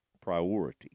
priority